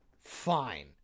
Fine